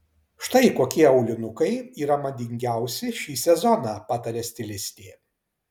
štai kokie aulinukai yra madingiausi šį sezoną pataria stilistė